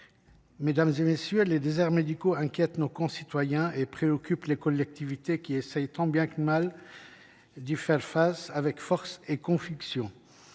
pertinence des soins. Les déserts médicaux inquiètent nos concitoyens et préoccupent les collectivités, qui essaient tant bien que mal d’y faire face avec force et conviction,